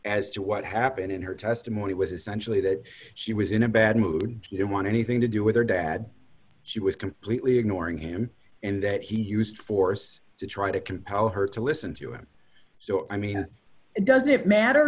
as to what happened in her testimony was essentially that she was in a bad mood you don't want anything to do with her dad she was completely ignoring him and that he used force to try to compel her to listen to him so i mean does it matter